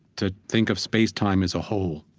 to think of spacetime as a whole,